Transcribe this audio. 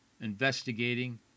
investigating